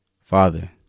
Father